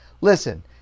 Listen